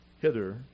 hither